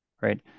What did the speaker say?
right